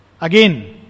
again